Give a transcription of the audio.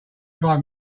driving